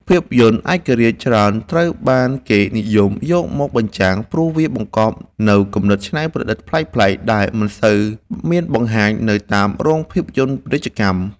ភាពយន្តឯករាជ្យ ច្រើនត្រូវបានគេនិយមយកមកបញ្ចាំង ព្រោះវាបង្កប់នូវគំនិតច្នៃប្រឌិតប្លែកៗដែលមិនសូវមានបង្ហាញនៅតាមរោងភាពយន្តពាណិជ្ជកម្ម។